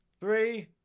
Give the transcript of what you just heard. three